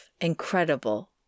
incredible